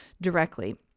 directly